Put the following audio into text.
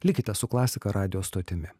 likite su klasika radijo stotimi